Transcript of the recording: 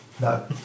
No